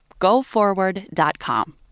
GoForward.com